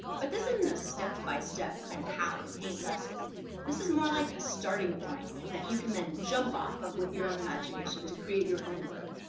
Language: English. but this isn't a step-by-step, kind of how-to-paint lesson this is more like a starting point that you can then jump off of with your own imagination to create your own work.